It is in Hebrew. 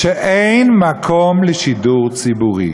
שאין מקום לשידור ציבורי.